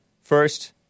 first